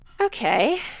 Okay